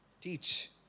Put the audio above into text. Teach